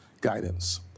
guidance